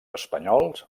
espanyols